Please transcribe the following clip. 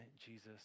Jesus